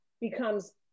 becomes